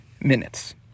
minutes